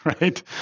right